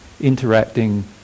interacting